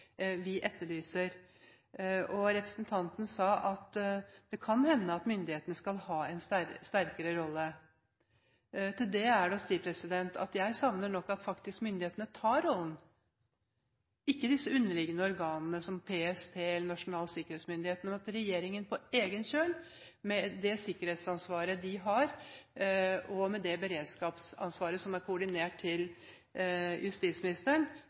Representanten sa at det kan hende at myndighetene skal «få en sterkere rolle». Til det er å si at jeg savner at myndighetene tar den rollen – ikke disse underliggende organene, som PST eller Nasjonal sikkerhetsmyndighet. Jeg savner at regjeringen på egen kjøl tar den rollen – med det sikkerhetsansvaret de har, og med det beredskapsansvaret som er koordinert til justisministeren,